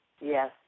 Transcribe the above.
Yes